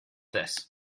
this